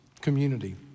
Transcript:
Community